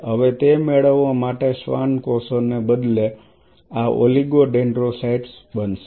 હવે તે મેળવવા માટે શ્વાન કોષોને બદલે આ ઓલિગોડેન્ડ્રોસાયટ્સ બનશે